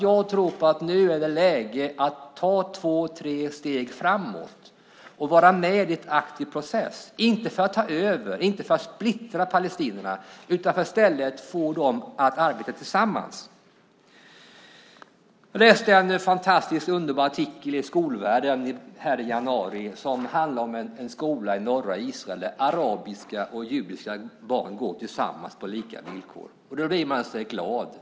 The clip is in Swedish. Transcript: Jag tror att det nu är läge att ta två tre steg framåt och vara med i en aktiv process, inte för att ta över, inte för att splittra palestinierna utan för att få dem att arbeta tillsammans. Jag läste en fantastisk, underbar artikel i Skolvärlden i januari som handlar om en skola i norra Israel där arabiska och judiska barn går tillsammans på lika villkor. Då blir man glad.